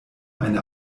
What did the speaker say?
eine